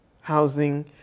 housing